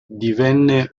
divenne